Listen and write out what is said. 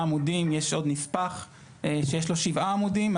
עמודים יש עוד נספח שיש לו שבעה עמודים,